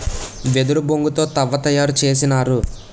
వెదురు బొంగు తో తవ్వ తయారు చేసినారు